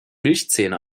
milchzähne